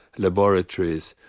laboratories,